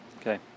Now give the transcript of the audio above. Okay